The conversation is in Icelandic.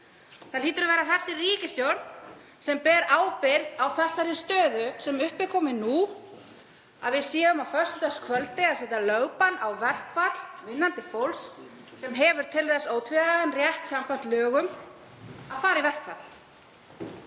það hlýtur að vera þessi ríkisstjórn sem ber ábyrgð á þeirri stöðu sem upp er komin, að við séum nú á föstudagskvöldi að setja lögbann á verkfall vinnandi fólks sem hefur til þess ótvíræðan rétt samkvæmt lögum að fara í verkfall.